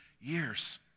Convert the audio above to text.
years